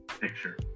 picture